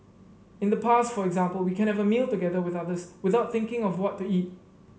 in the past for example we can have a meal together with others without thinking of what to eat